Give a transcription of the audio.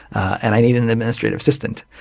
and i need an administrative assistant.